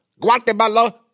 Guatemala